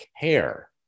care